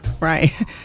Right